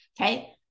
okay